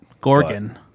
Gorgon